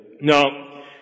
No